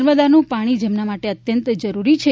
નર્મદાનું પાઙી જેમના માટે અત્યંત જરૂરી છે